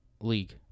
league